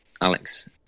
Alex